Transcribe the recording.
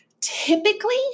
Typically